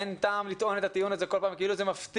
אין טעם לטעון את הטיעון הזה בכל פעם כאילו זה מפתיע.